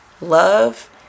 love